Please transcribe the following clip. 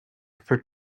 for